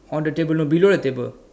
on the table no below the table